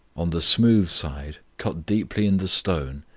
on the smooth side, cut deeply in the stone,